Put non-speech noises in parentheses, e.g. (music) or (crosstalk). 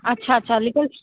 ਅੱਛਾ ਅੱਛਾ (unintelligible)